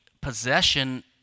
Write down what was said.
possession